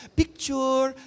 picture